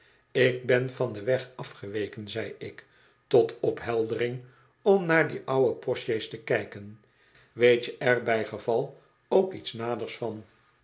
ik ben van den weg afgeweken zei ik tot opheldering om naar die ouwe postsjees te kijken weet je r bijgeval ook iets naders van